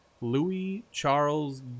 Louis-Charles